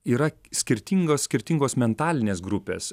yra skirtingos skirtingos mentalinės grupės